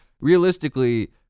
realistically